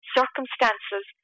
circumstances